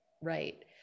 right